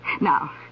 Now